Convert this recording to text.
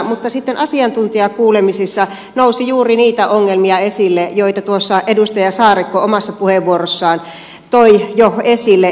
mutta sitten asiantuntijakuulemisissa nousi esille juuri niitä ongelmia joita edustaja saarikko omassa puheenvuorossaan toi jo esille